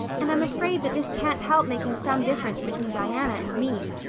and i'm afraid that this can't help making some difference between diana and me.